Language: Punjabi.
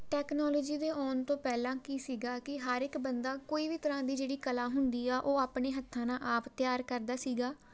ਟੈਕਨੋਲਜੀ ਦੇ ਆਉਣ ਤੋਂ ਪਹਿਲਾਂ ਕੀ ਸੀਗਾ ਕਿ ਹਰ ਇੱਕ ਬੰਦਾ ਕੋਈ ਵੀ ਤਰ੍ਹਾਂ ਦੀ ਜਿਹੜੀ ਕਲਾ ਹੁੰਦੀ ਆ ਉਹ ਆਪਣੇ ਹੱਥਾਂ ਨਾਲ ਆਪ ਤਿਆਰ ਕਰਦਾ ਸੀਗਾ